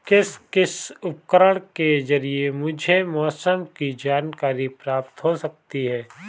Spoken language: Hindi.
किस किस उपकरण के ज़रिए मुझे मौसम की जानकारी प्राप्त हो सकती है?